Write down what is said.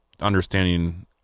understanding